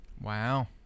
wow